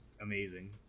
amazing